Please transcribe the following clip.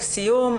לסיום,